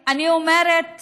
אני אומרת